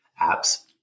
apps